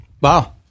Wow